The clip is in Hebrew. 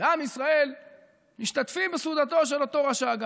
ועם ישראל משתתפים בסעודתו של אותו רשע,